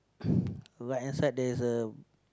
right hand side there's a